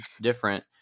different